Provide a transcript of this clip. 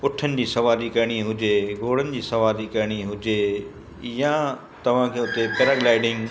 ऊठनि जी सवारी करिणी हुजे घोड़नि जी सवारी करिणी हुजे या तव्हांखे हुते पेराग्लाइडिंग